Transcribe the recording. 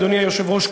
אדוני היושב-ראש,